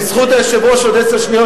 בזכות היושב-ראש עוד עשר שניות.